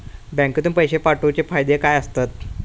बँकेतून पैशे पाठवूचे फायदे काय असतत?